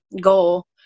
goal